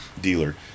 dealer